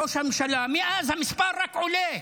ראש הממשלה, מאז המספר רק עולה.